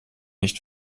nicht